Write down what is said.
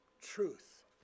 truth